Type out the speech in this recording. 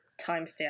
timestamp